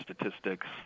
Statistics